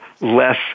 less